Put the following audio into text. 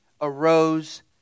arose